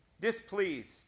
displeased